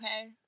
Okay